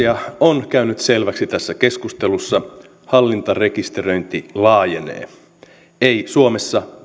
on käynyt selväksi tässä keskustelussa hallintarekisteröinti laajenee ei suomessa